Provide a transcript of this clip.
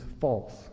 false